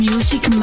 Music